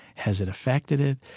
has it affected it?